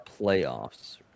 playoffs